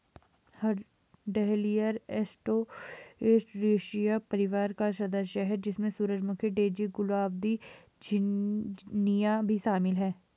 dahlia Asteraceae परिवार का सदस्य है, जिसमें सूरजमुखी, डेज़ी, गुलदाउदी, झिननिया भी शामिल है